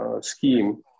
scheme